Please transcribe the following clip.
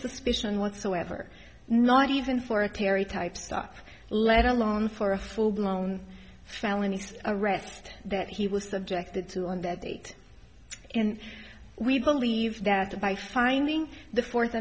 suspicion whatsoever not even for a terry type stop let alone for a full blown felony arrest that he was subjected to on that date and we believe that by finding the fourth